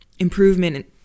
improvement